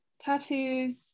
tattoos